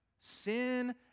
Sin